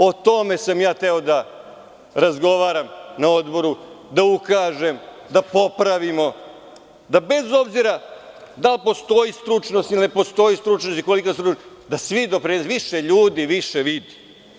O tome sam ja hteo da razgovaram na odboru, da ukažem da popravimo, da bez obzira da li postoji stručnost ili ne postoji stručnost i kolika je stručnost, da više ljudi više vidi.